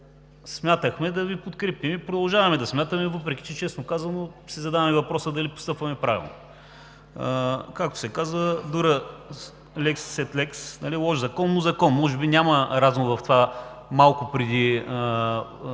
Смятахме да Ви подкрепим и продължаваме да смятаме, въпреки че, честно казано, си задаваме въпроса дали постъпваме правилно. Както се казва „дура лекс сед лекс“ – „лош закон, но закон“! Може би няма разум в това малко преди